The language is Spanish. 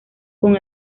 con